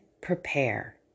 prepare